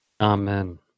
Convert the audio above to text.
Amen